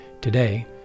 Today